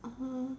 uh